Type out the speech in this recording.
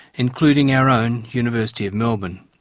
including our own university of melbourne.